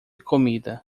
comida